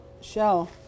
shell